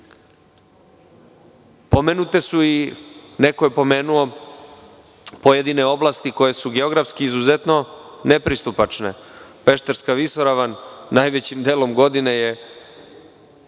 tom sudu. Neko je pomenuo pojedine oblasti koje su geografski izuzetno nepristupačne Pešterska Visoravan, najvećim delom godine je,